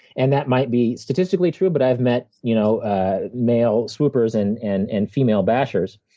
and that might be statistically true, but i've met you know ah male swoopers and and and female bashers.